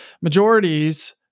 Majorities